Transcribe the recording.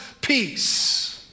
peace